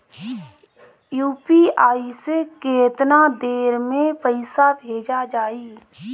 UPI से केतना देर मे पईसा भेजा जाई?